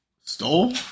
stole